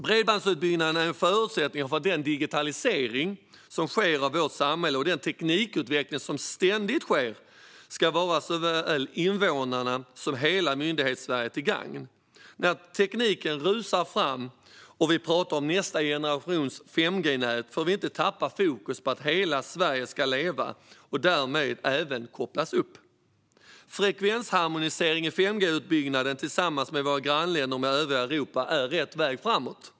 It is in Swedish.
Bredbandsutbyggnaden är en förutsättning för att den digitalisering som sker av vårt samhälle, och den teknikutveckling som ständigt sker ska vara såväl invånarna som hela Myndighetssverige till gagn. När tekniken rusar fram och vi pratar om nästa generations 5G-nät får vi inte tappa fokus på att hela Sverige ska leva och därmed även kopplas upp. Frekvensharmonisering i 5G-utbyggnaden tillsammans med våra grannländer och med övriga Europa är rätt väg framåt.